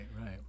right